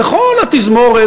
וכל התזמורת,